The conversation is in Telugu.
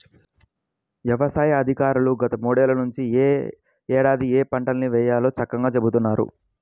యవసాయ అధికారులు గత మూడేళ్ళ నుంచి యే ఏడాది ఏయే పంటల్ని వేయాలో చక్కంగా చెబుతున్నారు